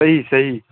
صحیح صحیح